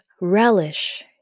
relish